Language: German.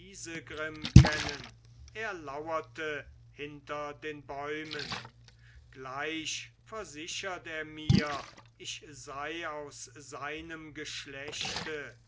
kennen er lauerte hinter den bäumen gleich versichert er mir ich sei aus seinem geschlechte